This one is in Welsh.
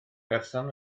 person